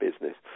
business